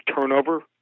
turnover